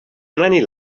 many